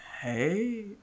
Hey